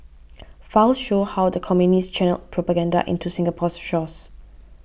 files show how the Communists channelled propaganda into Singapore's shores